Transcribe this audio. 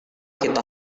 kita